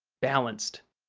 balanced.